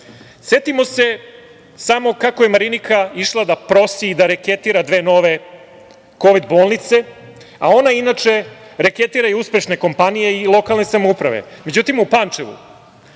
Setimo se samo kako je Marinika išla da prosi i reketira dve nove Kovid bolnice, a ona inače reketira i uspešne kompanije i lokalne samouprave. Međutim u Pančevu